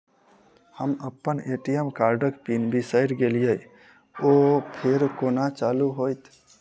हम अप्पन ए.टी.एम कार्डक पिन बिसैर गेलियै ओ फेर कोना चालु होइत?